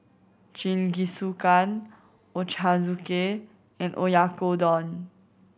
Jingisukan Ochazuke and Oyakodon